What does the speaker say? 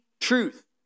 truth